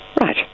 Right